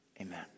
amen